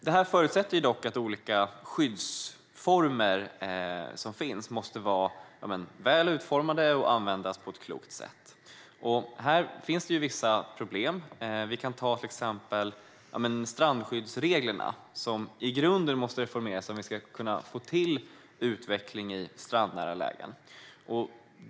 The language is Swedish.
Detta förutsätter dock att de olika skyddsformer som finns är väl utformade och används på ett klokt sätt. Här finns det vissa problem. Som exempel kan vi ta strandskyddsreglerna, som måste reformeras i grunden om vi ska kunna få till utveckling i strandnära lägen.